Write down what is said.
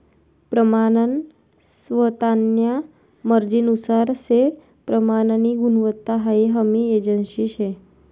प्रमानन स्वतान्या मर्जीनुसार से प्रमाननी गुणवत्ता हाई हमी एजन्सी शे